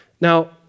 Now